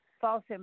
False